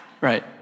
right